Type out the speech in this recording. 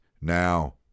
Now